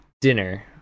dinner